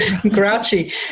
grouchy